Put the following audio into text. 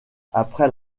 après